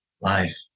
life